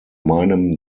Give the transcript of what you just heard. meinem